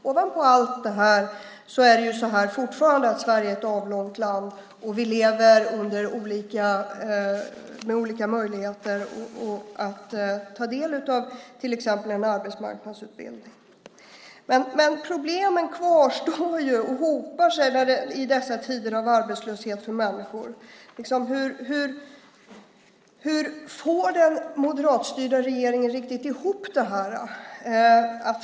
Ovanpå allt detta är Sverige fortfarande ett avlångt land där vi lever med olika möjligheter att ta del av till exempel en arbetsmarknadsutbildning. Problemen kvarstår och hopar sig för människor i tider av arbetslöshet. Hur får den moderatstyrda regeringen riktigt ihop det?